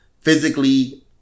physically